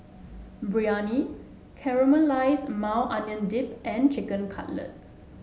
Biryani Caramelized Maui Onion Dip and Chicken Cutlet